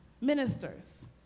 ministers